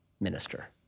minister